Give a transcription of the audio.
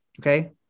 Okay